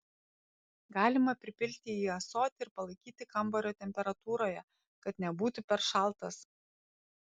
galima pripilti į ąsotį ir palaikyti kambario temperatūroje kad nebūtų per šaltas